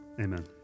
Amen